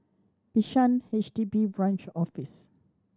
Bishan H D B Branch Office